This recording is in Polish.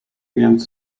więc